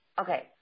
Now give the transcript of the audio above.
Okay